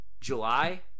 July